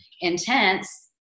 intense